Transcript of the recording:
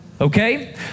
Okay